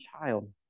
child